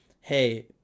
hey